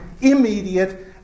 immediate